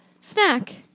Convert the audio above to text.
snack